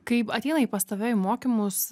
kai ateina pas tave į mokymus